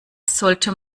sollte